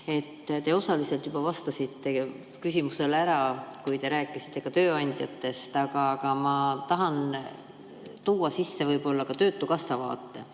Te osaliselt juba vastasite küsimusele, kui te rääkisite tööandjatest, aga ma tahan sisse tuua töötukassa vaate.